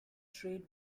trade